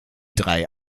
drei